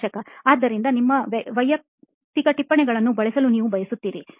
ಸಂದರ್ಶಕ ಆದ್ದರಿಂದ ನಿಮ್ಮ ವೈಯಕ್ತಿಕ ಟಿಪ್ಪಣಿಗಳನ್ನು ಬಳಸಲು ನೀವು ಬಯಸುತ್ತೀರಿ